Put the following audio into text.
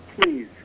please